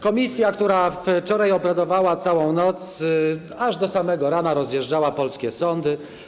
Komisja, która wczoraj obradowała całą noc, aż do samego rana rozjeżdżała polskie sądy.